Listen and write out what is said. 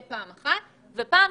בנוסף,